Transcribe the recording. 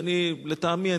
שלטעמי,